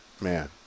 Man